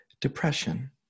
depression